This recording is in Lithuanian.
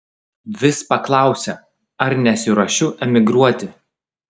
vis paklausia ar nesiruošiu emigruoti